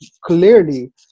clearly